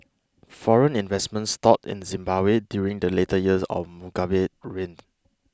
foreign investment stalled in Zimbabwe during the later years of Mugabe's reign